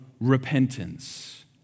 repentance